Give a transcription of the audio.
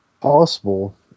possible